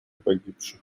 погибших